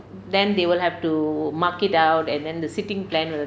then they will have to mark it out and then the seating plan will